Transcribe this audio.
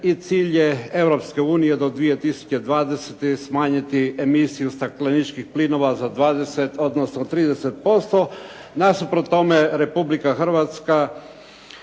unije do 2020. smanjiti emisiju stakleničkih plinova za 20 odnosno 30%. Nasuprot tome Republika Hrvatska,